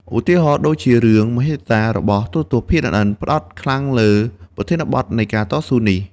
ឧទាហរណ៍ដូចជារឿង "មហិច្ឆតា" របស់ ទូរទស្សន៍ PNN ផ្តោតខ្លាំងលើប្រធានបទនៃការតស៊ូនេះ។